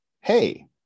hey